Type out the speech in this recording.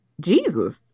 jesus